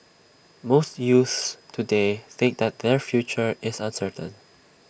most youths today think that their future is uncertain